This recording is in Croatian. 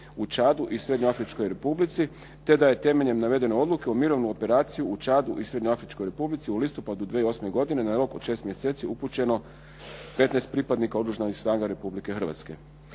u Čadu i Srednjoafričkoj Republici, te da je temeljem navedene odluke u mirovnu operaciju u Čadu i Srednjoafričkoj Republici u listopadu 2008. godine na rok od 6 mjeseci upućeno 15. pripadnika Oružanih snaga Republike Hrvatske.